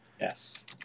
Yes